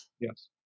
Yes